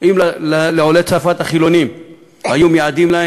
אם לעולי צרפת החילונים היו מייעדים,